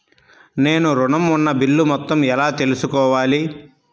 నేను ఋణం ఉన్న బిల్లు మొత్తం ఎలా తెలుసుకోవాలి?